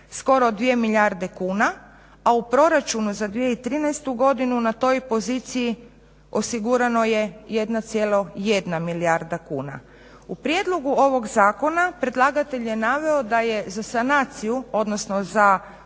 skoro 2 milijarde kuna, a u proračunu za 2013. godinu na toj poziciji osigurano je 1,1 milijarda kuna. U prijedlogu ovog zakona predlagatelj je naveo da je za sanaciju, odnosno za